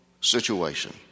situation